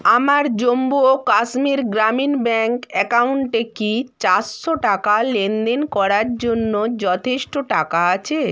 আমার জম্মু ও কাশ্মীর গ্রামীণ ব্যাঙ্ক অ্যাকাউন্টে কি চারশো টাকা লেনদেন করার জন্য যথেষ্ট টাকা আছে